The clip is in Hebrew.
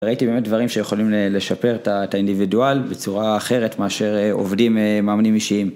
ראיתי באמת דברים שיכולים לשפר את האינדיבידואל בצורה אחרת מאשר עובדים מאמנים אישיים.